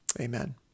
Amen